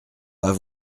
pas